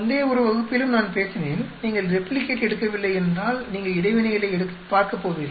முந்தைய ஒரு வகுப்பிலும் நான் பேசினேன் நீங்கள் ரெப்ளிகேட் எடுக்கவில்லை என்றால் நீங்கள் இடைவினைகளைப் பார்க்கப் போவதில்லை